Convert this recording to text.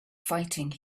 fighting